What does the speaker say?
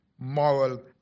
moral